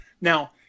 now